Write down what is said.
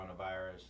coronavirus